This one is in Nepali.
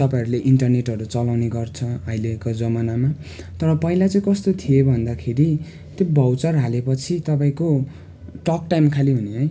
तपाईँहरूले इन्टरनेटहरू चलाउने गर्छ अहिलेको जमानामा तर पहिला चाहिँ कस्तो थियो भन्दाखेरि त्यो भाउचर हालेपछि तपाईँको टकटाइम खालि हुने है